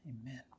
Amen